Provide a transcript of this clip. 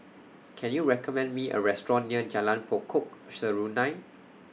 Can YOU recommend Me A Restaurant near Jalan Pokok Serunai